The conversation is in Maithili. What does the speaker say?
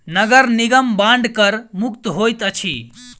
नगर निगम बांड कर मुक्त होइत अछि